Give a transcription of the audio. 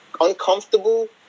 uncomfortable